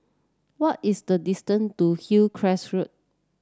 what is the distance to Hillcrest Road